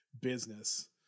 business